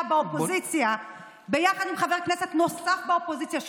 באופוזיציה יחד עם חבר כנסת נוסף באופוזיציה,